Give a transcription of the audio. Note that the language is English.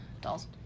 dolls